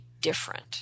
different